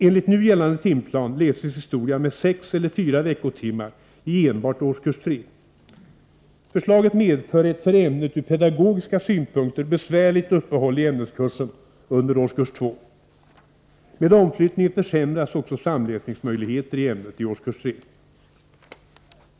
Enligt nu gällande timplan läses historia med sex eller fyra veckotimmar i enbart årskurs 3. Förslaget medför ett för ämnet ur pedagogiska synpunkter bevärligt uppehåll i ämneskursen under årskurs 2. Med omflyttningen försämras också samläsningsmöjligheter i ämnet i årskurs 3.